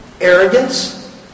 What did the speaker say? arrogance